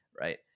Right